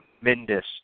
tremendous